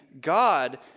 God